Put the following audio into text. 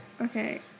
Okay